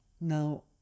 Now